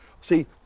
See